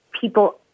people